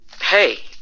hey